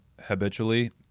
habitually